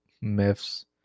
myths